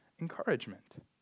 encouragement